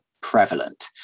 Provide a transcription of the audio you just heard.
prevalent